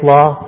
Law